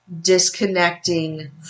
disconnecting